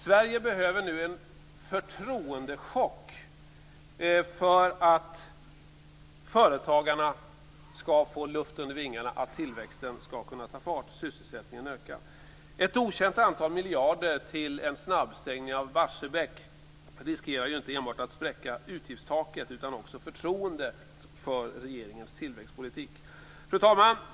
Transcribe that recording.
Sverige behöver nu en förtroendechock för att företagarna skall få luft under vingarna och för att tillväxten skall kunna ta fart och sysselsättningen öka. Ett okänt antal miljarder till en snabbstängning av Barsebäck riskerar ju inte enbart att spräcka utgiftstaket utan hotar också förtroendet för regeringens tillväxtpolitik. Fru talman!